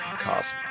cosmos